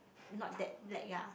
not that lack ya